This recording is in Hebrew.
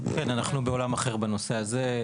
כן, אנחנו בעולם אחר בנושא הזה.